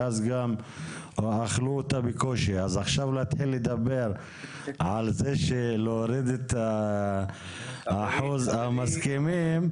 אם נתחיל לדבר עכשיו על הורדת אחוז המסכימים,